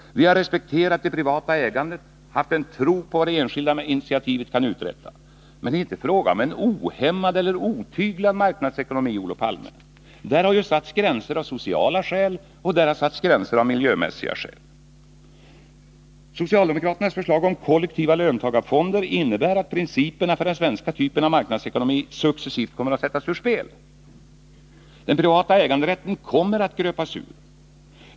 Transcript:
Vi har respekterat det privata ägandet och haft en tro på vad det enskilda initiativet kan uträtta. Men det är inte fråga om en ohämmad eller otyglad marknadsekonomi, Olof Palme. Det har satts gränser av sociala skäl och av miljömässiga skäl. Socialdemokraternas förslag om kollektiva löntagarfonder innebär att principerna för den svenska typen av marknadsekonomi successivt kommer att sättas ur spel. Den privata äganderätten kommer att gröpas ur.